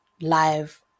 live